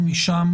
ומשם